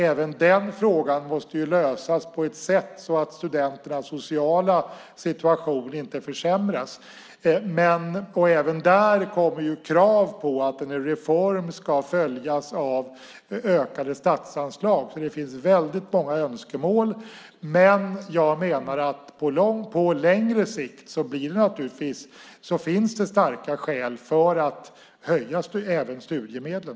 Även den frågan måste lösas på ett sätt som gör att studenternas sociala situation inte försämras. Även där kommer krav på att en reform följs av ökade statsanslag, för det finns väldigt många önskemål. Men på längre sikt finns det starka skäl att höja även studiemedlen.